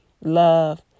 love